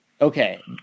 Okay